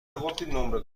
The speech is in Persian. بود